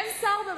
אין שר,